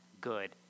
good